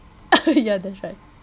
ya that's right